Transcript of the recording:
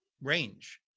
range